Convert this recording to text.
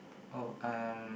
oh um